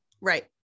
Right